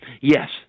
Yes